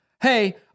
Hey